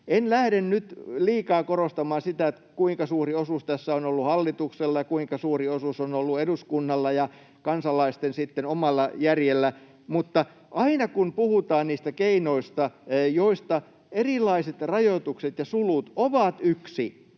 En lähde nyt liikaa korostamaan sitä, kuinka suuri osuus tässä on ollut hallituksella ja kuinka suuri osuus on ollut eduskunnalla ja sitten kansalaisten omalla järjellä, mutta aina kun puhutaan niistä keinoista, niin erilaiset rajoitukset ja sulut ovat yksi.